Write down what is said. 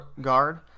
guard